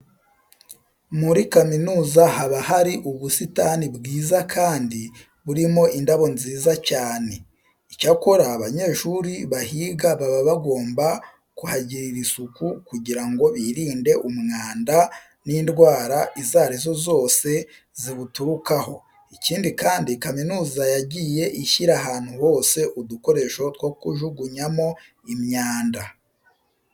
Muri kaminuza haba hari ubusitani bwiza kandi burimo indabo nziza cyane. Icyakora abanyeshuri bahiga baba bagomba kuhagirira isuku kugira ngo birinde umwanda n'indwara izo ari zo zose ziwuturukaho. Ikindi kandi kaminuza yagiye ishyira ahantu hose udukoresho two kujugunyamo imyanda.